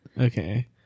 Okay